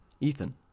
Ethan